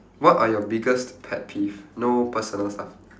what are your biggest pet peeve no personal stuff